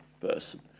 person